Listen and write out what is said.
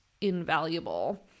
invaluable